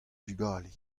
vugale